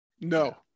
No